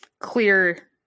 clear